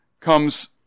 comes